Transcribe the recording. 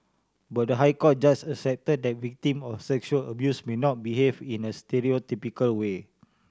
but the High Court judges accepted that victims of sexual abuse may not behave in a stereotypical way